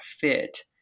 fit